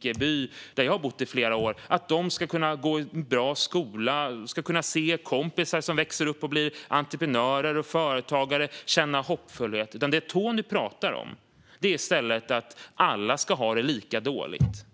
Tensta, där jag har bott i flera år, ska kunna gå i en bra skola och se kompisar som växer upp och blir entreprenörer och företagare och känna hoppfullhet. Det Tony talar om är i stället att alla ska ha det lika dåligt.